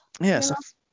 yes